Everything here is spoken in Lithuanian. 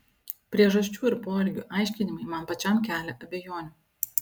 priežasčių ir poelgių aiškinimai man pačiam kelia abejonių